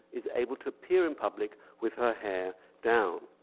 is able to appear in public with her hair down.